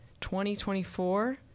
2024